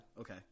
Okay